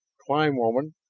climb, woman!